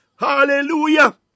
Hallelujah